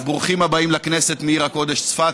אז ברוכים הבאים לכנסת מעיר הקודש צפת,